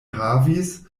havis